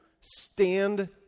stand